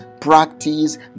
Practice